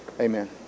amen